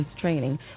training